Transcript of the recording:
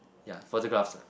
ya photographs